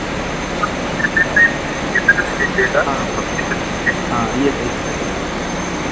हाँ हाँ हाँ यह सही रहेगा